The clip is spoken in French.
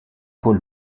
pôle